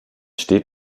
steht